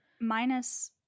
minus